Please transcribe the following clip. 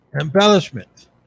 Embellishment